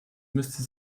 müsste